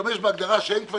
להשתמש בהגדרה שהם כבר